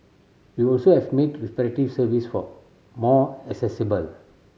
we also have made service for more accessible